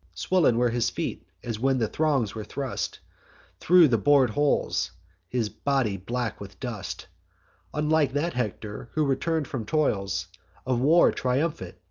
swoln were his feet, as when the thongs were thrust thro' the bor'd holes his body black with dust unlike that hector who return'd from toils of war, triumphant,